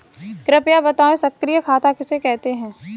कृपया बताएँ सक्रिय खाता किसे कहते हैं?